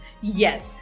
Yes